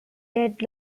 that